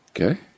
Okay